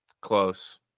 close